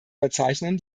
verzeichnen